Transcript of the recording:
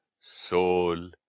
soul